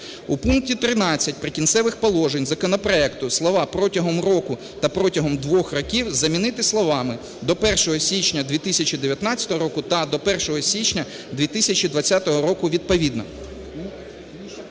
У пункті 13 "Прикінцевих положень" законопроекту слова "протягом року та протягом двох років" замінити словами "до 1 січня 2019 року та до 1 січня 2020 року відповідно".